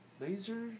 Laser